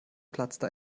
platzte